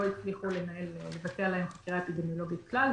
הצליחו לבצע עליהם חקירה אפידמיולוגית כלל,